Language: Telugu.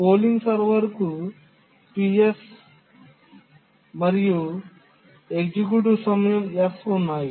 పోలింగ్ సర్వర్కు Ps మరియు ఎగ్జిక్యూషన్ సమయం es ఉన్నాయి